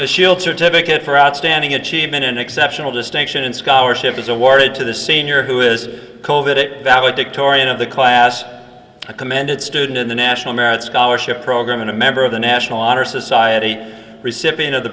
the schildt certificate for outstanding achievement an exceptional distinction and scholarship is awarded to the senior who is that it valedictorian of the class commended student in the national merit scholarship program and a member of the national honor society recipient of the